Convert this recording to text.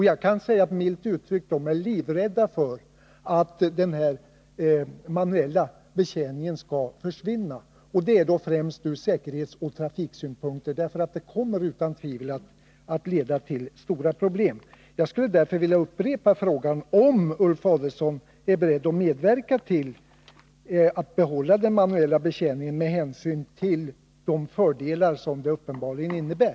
Jag kan säga att man där är livrädd för att den manuella betjäningen skall försvinna. Det är främst ur säkerhetsoch trafiksynpunkter som man hyser farhågor. En sådan åtgärd kommer utan tvivel att leda till stora problem. Jag skulle därför vilja upprepa frågan om Ulf Adelsohn är beredd att medverka till att behålla den manuella betjäningen med hänsyn till de fördelar den uppenbarligen innebär.